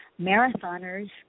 marathoners